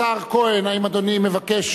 השר כהן, האם אדוני מבקש